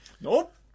Nope